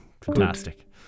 fantastic